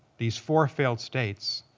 these four failed states